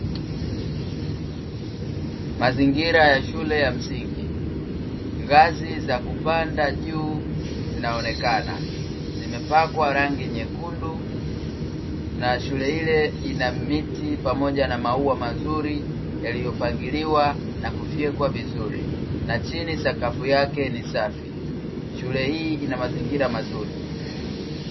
Mazingira ya shule ya msingi. Ngazi za kupanda juu zinaonekana. Zimepakwa rangi nyekundu na shule ile ina viti pamoja na maua mazuri yaliyopangiliwa na kufyekwa vizuri, na chini sakafu yake ni safi. Shule hii ina mazingira mazuri.